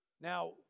Now